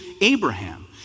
Abraham